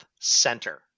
center